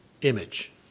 image